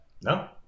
no